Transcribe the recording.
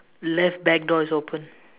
left back door is open